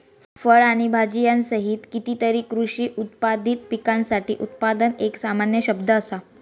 फळ आणि भाजीयांसहित कितीतरी कृषी उत्पादित पिकांसाठी उत्पादन एक सामान्य शब्द असा